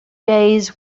days